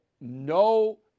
no